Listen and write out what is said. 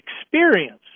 experience